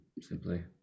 simply